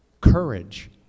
courage